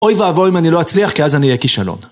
אוי ואבוי אם אני לא אצליח, כי אז אני אהיה כישלון.